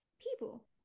people